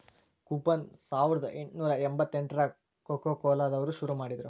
coupon ಸಾವರ್ದಾ ಎಂಟ್ನೂರಾ ಎಂಬತ್ತೆಂಟ್ರಾಗ ಕೊಕೊಕೊಲಾ ದವ್ರು ಶುರು ಮಾಡಿದ್ರು